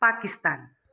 Pakistan